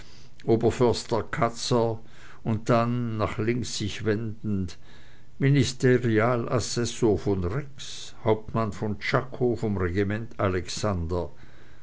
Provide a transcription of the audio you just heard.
oberförster katzler und dann nach links sich wendend ministerialassessor von rex hauptmann von czako vom regiment alexander